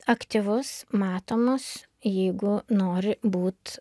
aktyvus matomas jeigu nori būt